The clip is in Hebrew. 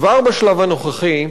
כבר בשלב הנוכחי,